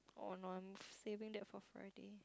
oh no I'm saving that for Friday